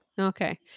Okay